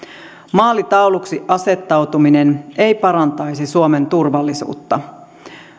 maalitauluksi asettautuminen ei parantaisi suomen turvallisuutta